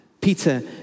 Peter